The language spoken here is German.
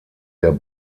der